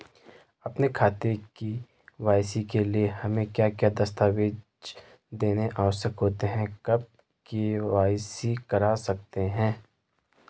अपने खाते की के.वाई.सी के लिए हमें क्या क्या दस्तावेज़ देने आवश्यक होते हैं कब के.वाई.सी करा सकते हैं?